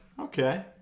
Okay